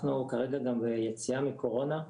אנחנו כרגע גם ביציאה מקורונה,